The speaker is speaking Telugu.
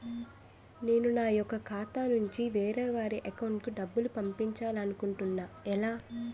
నేను నా యెక్క ఖాతా నుంచి వేరే వారి అకౌంట్ కు డబ్బులు పంపించాలనుకుంటున్నా ఎలా?